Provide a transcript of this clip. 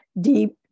deep